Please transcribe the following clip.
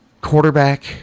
quarterback